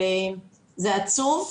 זה עצוב,